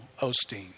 Osteen